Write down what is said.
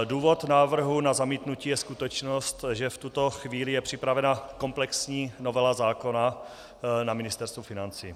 Důvod návrhu na zamítnutí je skutečnost, že v tuto chvíli je připravena komplexní novela zákona na Ministerstvu financí.